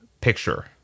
picture